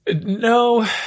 No